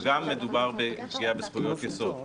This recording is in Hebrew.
מדובר גם בפגיעה בזכויות יסוד.